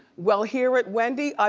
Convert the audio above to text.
well here at wendy, ah